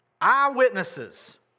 Eyewitnesses